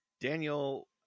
Daniel